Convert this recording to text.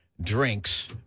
drinks